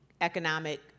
economic